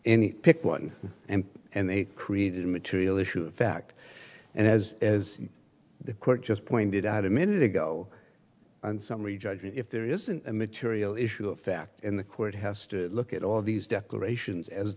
any pick one and and they created a material issue of fact and as is the court just pointed out a minute ago and summary judge if there isn't a material issue of fact in the court has to look at all these declarations as